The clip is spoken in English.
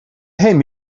hymn